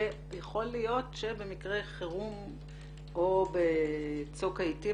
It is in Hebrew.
ויכול להיות שבמקרה חירום או בצוק העיתים